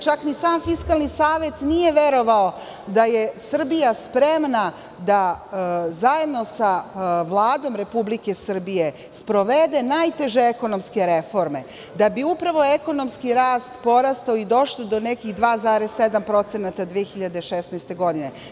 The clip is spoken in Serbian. Čak ni sam Fiskalni savet nije verovao da je Srbija spremna da zajedno sa Vladom Republike Srbije sprovede najteže ekonomske reforme, da bi upravo ekonomski rast porastao i došao do 2,7 procenata 2016. godine.